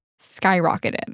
skyrocketed